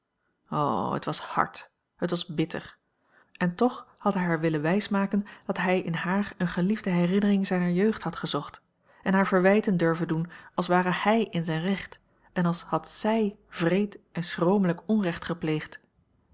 het was hard het was bitter en toch had hij haar willen wijs maken dat hij in haar eene geliefde herinnering zijner jeugd had gezocht en haar verwijten durven doen als ware hij in zijn recht en als had zij wreed en schromelijk onrecht gepleegd